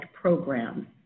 program